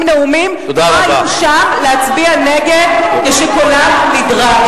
נאומים לא היו שם להצביע נגד כשקולם נדרש.